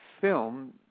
film